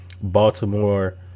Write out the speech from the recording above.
Baltimore